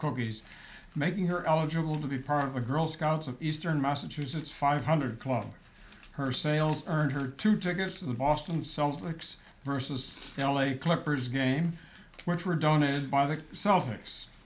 cookies making her eligible to be part of the girl scouts of eastern massachusetts five hundred club her sales earned her tutor going to the boston celtics person's l a clippers game which were donated by the celtics